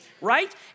right